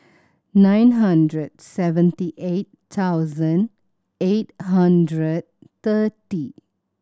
nine hundred seventy eight thousand eight hundred thirty